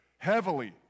heavily